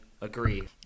agree